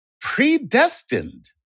predestined